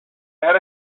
ahead